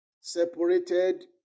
separated